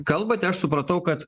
kalbate aš supratau kad